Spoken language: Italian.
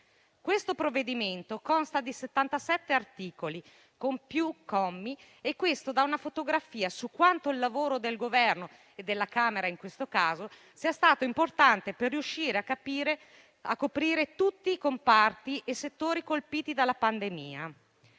Il provvedimento consta di 77 articoli con più commi e questo dà una fotografia su quanto il lavoro del Governo e della Camera in questo caso sia stato importante per riuscire a coprire tutti i comparti e settori colpiti dalla pandemia.